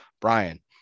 Brian